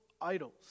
idols